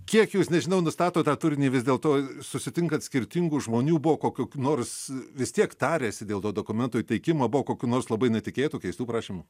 kiek jūs nežinau nustatot tą turinį vis dėl to susitinkat skirtingų žmonių buvo kokių nors vis tiek tariasi dėl to dokumentų įteikimo buvo kokių nors labai netikėtų keistų prašymų